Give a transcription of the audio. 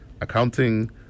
accounting